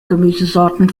gemüsesorten